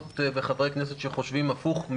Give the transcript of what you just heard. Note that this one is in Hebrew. שאם אני מקבל טלפון שבעלה חולה קורונה והיה שבוע בבית,